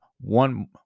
one